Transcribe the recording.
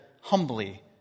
humbly